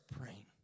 praying